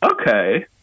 okay